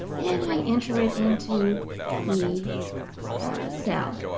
and i enter it into the cell.